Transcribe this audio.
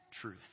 truth